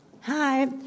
Hi